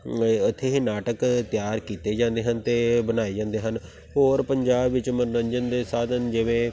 ਇੱਥੇ ਇਹ ਨਾਟਕ ਤਿਆਰ ਕੀਤੇ ਜਾਂਦੇ ਹਨ ਅਤੇ ਬਣਾਏ ਜਾਂਦੇ ਹਨ ਹੋਰ ਪੰਜਾਬ ਵਿੱਚ ਮਨੋਰੰਜਨ ਦੇ ਸਾਧਨ ਜਿਵੇਂ